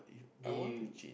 B_U